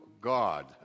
God